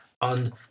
on